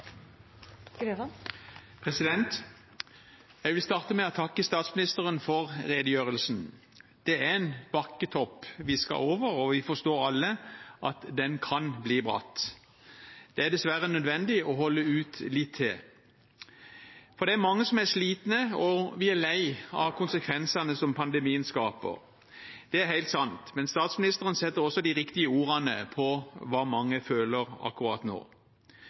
bakken. Jeg vil starte med å takke statsministeren for redegjørelsen. Det er en bakketopp vi skal over, og vi forstår alle at den kan bli bratt, men det er dessverre nødvendig å holde ut litt til. Vi er mange som er slitne og leie av konsekvensene som pandemien skaper, det er helt sant, men statsministeren setter også de riktige ordene på hva mange føler akkurat nå.